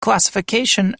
classification